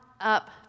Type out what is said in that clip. up